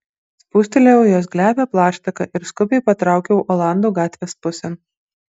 spustelėjau jos glebią plaštaką ir skubiai patraukiau olandų gatvės pusėn